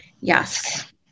Yes